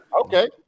Okay